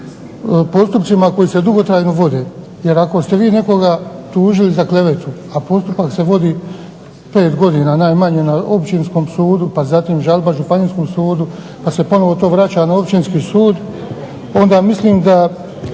u postupcima koji se dugotrajno vode jer ako ste vi nekoga tužili za klevetu a postupak se vodi pet godina najmanje na Općinskom sudu, pa žalba Županijskom sudu pa se ponovno to vraća na općinski sud onda mislim da